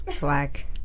black